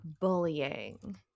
bullying